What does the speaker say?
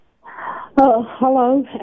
Hello